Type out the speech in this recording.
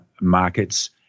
markets